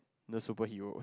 the superhero